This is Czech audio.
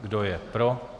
Kdo je pro?